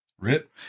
Rip